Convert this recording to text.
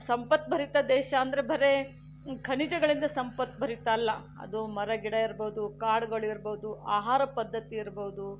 ಸಂಪದ್ಭರಿತ ದೇಶ ಅಂದರೆ ಬರೇ ಖನಿಜಗಳಿಂದ ಸಂಪದ್ಭರಿತ ಅಲ್ಲ ಅದು ಮರ ಗಿಡ ಇರ್ಬೋದು ಕಾಡುಗಳು ಇರ್ಬೋದು ಆಹಾರ ಪದ್ಧತಿ ಇರ್ಬೋದು